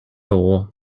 thaw